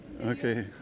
Okay